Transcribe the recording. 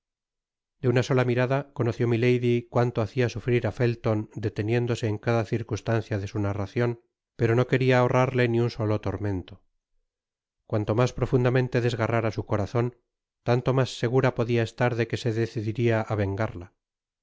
de una sola mirada conoció milady cuanto hacia sufrir á felion deteniéndo se en cada circunsiancia de su narracion pero do queria ahorrarle ni un solo tormento cuanto mas profundamente desgarrara su corazon tanto mas segura podia estar de que se decidiria á vengarla